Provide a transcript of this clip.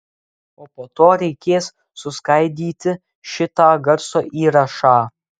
o po to reikės suskaidyti šitą garso įrašą